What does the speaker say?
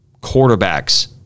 quarterbacks